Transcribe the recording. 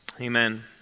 Amen